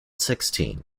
sixteen